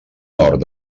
nord